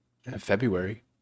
February